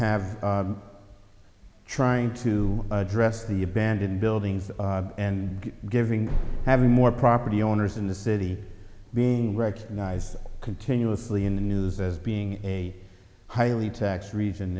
have trying to address the abandoned buildings and giving having more property owners in the city being recognized continuously in the news as being a highly taxed region